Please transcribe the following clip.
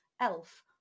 elf